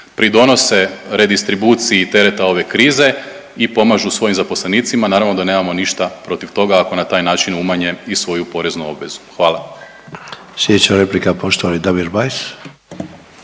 pridonose redistribuciji tereta ove krize i pomažu svojim zaposlenicima, naravno da nemamo ništa protiv toga, ako na taj način umanje i svoju poreznu obvezu. Hvala.